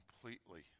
completely